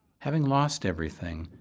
having lost everything,